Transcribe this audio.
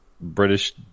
British